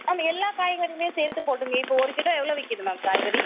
ma'am எல்லாக் காய்கறியுமே சேர்த்து போடுங்கள் இப்போ ஒரு கிலோ எவ்வளோ விக்கிறது மேம் காய்கறி